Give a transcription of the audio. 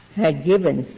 had given,